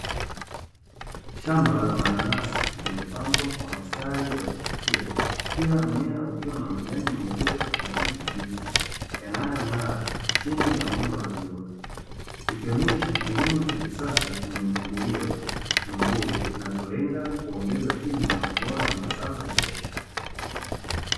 Shamba la mananasi limepangwa kwa mstari ya kuvutia, kila mmea ukiwa na majani makubwa ya kijani kibichi yanayong'ara chini ya mwanga wa jua. Ikionyesha kilimo cha kisasa chenye mpangilio mzuri kinacholenga kuongeza tija na ubora wa mazao ya biashara.